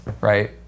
right